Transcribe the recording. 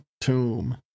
tomb